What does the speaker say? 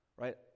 right